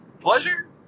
pleasure